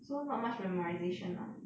so not much memorisation lah